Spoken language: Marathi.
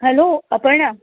हॅलो अपर्णा